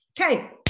Okay